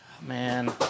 Man